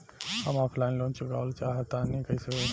हम offline loan चुकावल चाहऽ तनि कइसे होई?